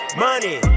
money